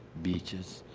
beaches,